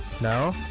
no